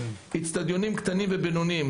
אצטדיונים קטנים ובינוניים,